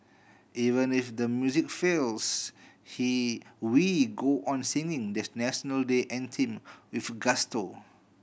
even if the music fails he we go on singing the National Day Anthem with gusto